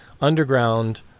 underground